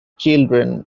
children